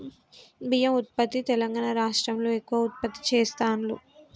బియ్యం ఉత్పత్తి తెలంగాణా రాష్ట్రం లో ఎక్కువ ఉత్పత్తి చెస్తాండ్లు